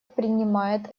принимает